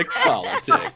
politics